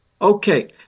Okay